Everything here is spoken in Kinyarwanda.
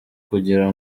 kugira